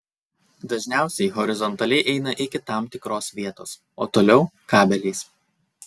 dažniausiai horizontaliai eina iki tam tikros vietos o toliau kabeliais